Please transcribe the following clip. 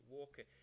Walker